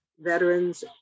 Veterans